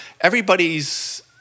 everybody's